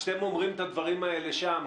כשאתם אומרים את הדברים האלה שם,